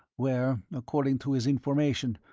where, according to his information,